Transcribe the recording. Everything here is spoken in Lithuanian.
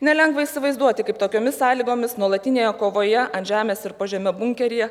nelengva įsivaizduoti kaip tokiomis sąlygomis nuolatinėje kovoje ant žemės ir po žeme bunkeryje